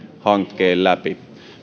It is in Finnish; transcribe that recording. hankkeen läpi